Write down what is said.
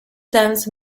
stamps